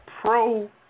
pro